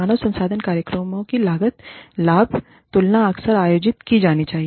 मानव संसाधन कार्यक्रमों की लागत लाभ तुलना अक्सर आयोजित की जानी चाहिए